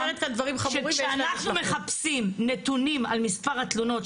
שכשאנחנו מחפשים נתונים על מספר התלונות,